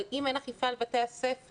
אבל אם אין אכיפה על בתי הספר,